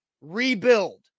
rebuild